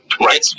Right